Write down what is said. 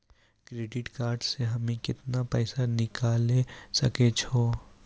Credit card से हम्मे केतना पैसा निकाले सकै छौ?